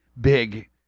big